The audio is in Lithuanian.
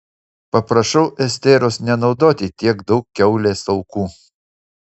paprašau esteros nenaudoti tiek daug kiaulės taukų